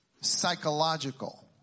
psychological